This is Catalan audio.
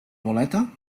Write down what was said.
boleta